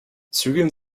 zügeln